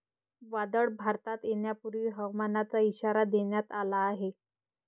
वादळ भारतात येण्यापूर्वी हवामानाचा इशारा देण्यात आला आहे